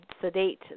sedate